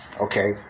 Okay